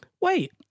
wait